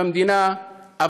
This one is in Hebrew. במדינה,